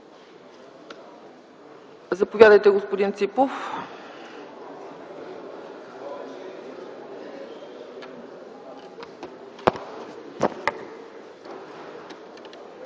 Заповядайте, господин Ципов.